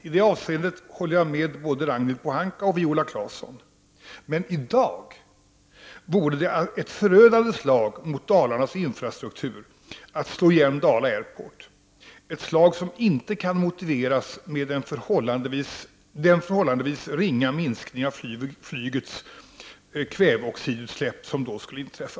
I det avseendet håller jag med både Ragnhild Pohanka och Viola Claesson. Men i dag vore det ett förödande slag mot Dalarnas infrastruktur om man slog igen Dala Airport, ett slag som inte kan motiveras med den förhållandevis ringa minskning av flygets kväveoxidutsläpp som då skulle inträffa.